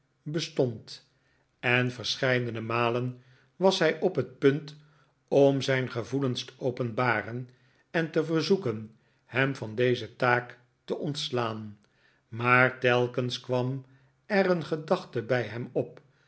bestond en verscheidene malen was hij op het punt om zijn gevoelens te openbaren en te verzoeken hem van deze taak te ontslaan maar telkens kwam er een gedachte bij hem op